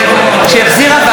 התרבות והספורט.